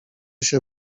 się